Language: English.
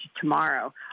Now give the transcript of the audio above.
tomorrow